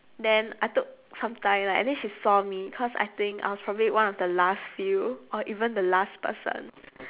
then I took some time lah and then she saw me cause I think I was probably one of the last few or even the last person